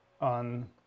on